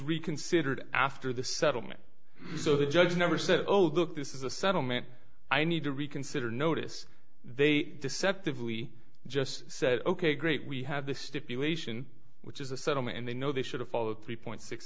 reconsidered after the settlement so the judge never said old look this is a settlement i need to reconsider notice they deceptively just said ok great we have this stipulation which is a settlement and they know they should have followed three point six